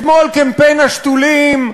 אתמול קמפיין השתולים,